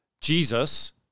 Jesus